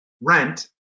rent